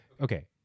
okay